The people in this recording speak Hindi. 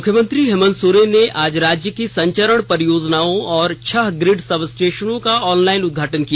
मुख्यमंत्री हेमंत सोरेन ने आज राज्य की संचरण परियोजनाओं और छह ग्रिड सब स्टेशन का ऑनलाइन उदघाटन किया